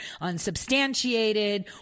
unsubstantiated